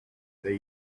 they